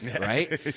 right